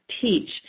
teach